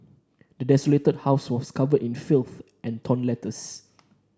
the desolated house was covered in filth and torn letters